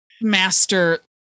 Master